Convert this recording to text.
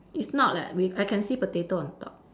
it's not leh we I can see potato on top